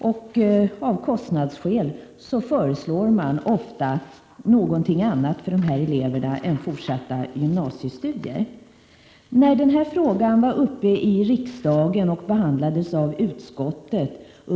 Och av kostnadsskäl föreslår de ofta något annat än fortsatta gymnasiestudier för dessa elever.